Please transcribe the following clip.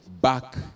back